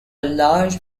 large